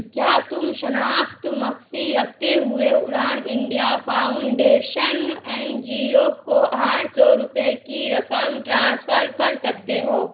کیا تم شناخت مخفی رکھتے ہوئے Udaan India Foundation N G O کو آٹھ سو روپئے کی رقم ٹرانسفر کر سکتے ہو